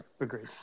Agreed